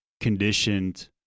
conditioned